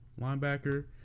linebacker